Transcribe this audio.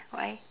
why